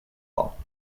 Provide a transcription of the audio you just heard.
hall